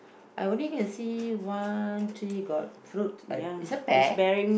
I only can see one tree got fruit but it's a pear